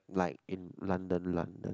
like in London London